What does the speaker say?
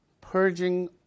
purging